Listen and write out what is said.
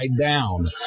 down